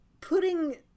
putting